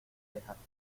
dejaste